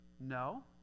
No